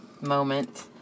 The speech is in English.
moment